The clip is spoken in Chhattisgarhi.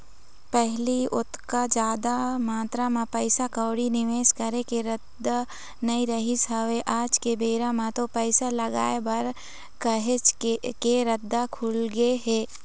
पहिली ओतका जादा मातरा म पइसा कउड़ी निवेस करे के रद्दा नइ रहिस हवय आज के बेरा म तो पइसा लगाय बर काहेच के रद्दा खुलगे हे